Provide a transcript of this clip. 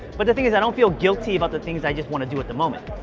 but the thing is i don't feel guilty about the things i just wanna do at the moment.